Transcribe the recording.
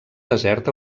desert